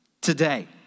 today